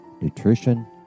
nutrition